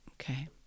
Okay